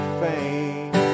fame